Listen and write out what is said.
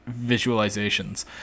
visualizations